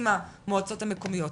עם המועצות המקומי,